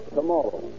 tomorrow